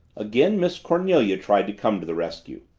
again miss cornelia tried to come to the rescue.